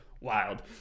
wild